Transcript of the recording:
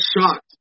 shocked